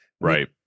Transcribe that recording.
Right